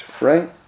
right